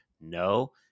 No